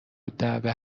الدعوه